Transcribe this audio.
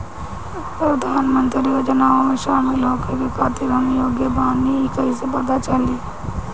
प्रधान मंत्री योजनओं में शामिल होखे के खातिर हम योग्य बानी ई कईसे पता चली?